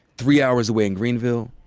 three hours away in greenville,